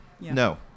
no